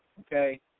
okay